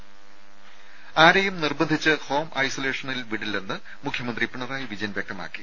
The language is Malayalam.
ദേദ ആരെയും നിർബന്ധിച്ച് ഹോം ഐസൊലേഷനിൽ വിടില്ലെന്ന് മുഖ്യമന്ത്രി പിണറായി വിജയൻ വ്യക്തമാക്കി